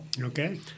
okay